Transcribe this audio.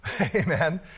amen